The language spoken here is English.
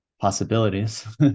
possibilities